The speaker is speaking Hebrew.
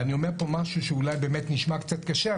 ואני אומר פה משהו שאולי באמת נשמע קצת קשה,